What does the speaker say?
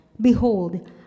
behold